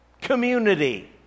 community